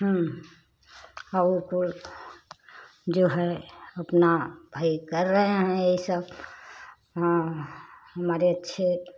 आओ कुल जो है अपना भाई कर रहे है ये सब हमारे अच्छे